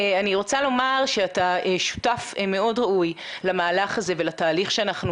אני רוצה לומר שאתה שותף מאוד ראוי למהלך הזה ולתהליך שאנחנו